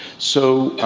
so,